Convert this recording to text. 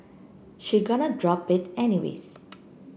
she gonna drop it anyways